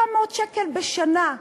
700,000 שקל בשנה,